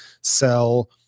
sell